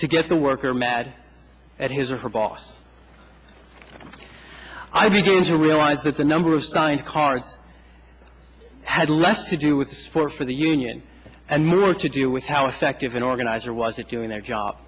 to get the worker mad at his or her boss i began to realize that the number of signed cards had less to do with the support for the union and more to do with how effective an organizer was at doing their job